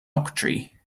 octree